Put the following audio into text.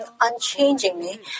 unchangingly